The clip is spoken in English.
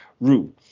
Rue